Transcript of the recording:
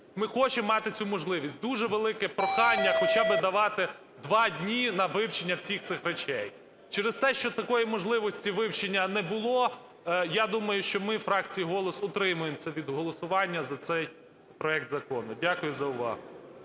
Ми хочемо мати цю можливість. Дуже велике прохання хоча би давати 2 дні на вивчення всіх цих речей. Через те, що такої можливості вивчення не було, я думаю, що ми, фракція "Голос", утримаємося від голосування за цей проект закону. Дякую за увагу.